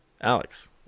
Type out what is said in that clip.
Alex